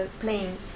playing